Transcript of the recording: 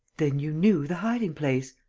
then you knew the hiding-place?